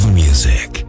music